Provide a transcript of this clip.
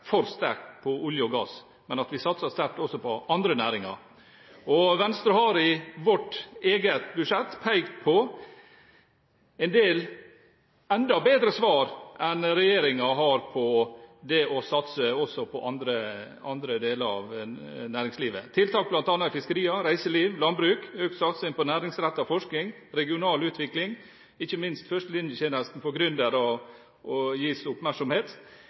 for sterkt på olje og gass, men satse sterkt også på andre næringer. Venstre har i sitt eget budsjett pekt på en del enda bedre svar enn det regjeringen har når det gjelder det å satse også på andre deler av næringslivet: tiltak innen bl.a. fiskeri, reiseliv og landbruk, økt satsing på næringsrettet forskning, regional utvikling og ikke minst førstelinjetjenesten for gründere gis oppmerksomhet.